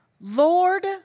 Lord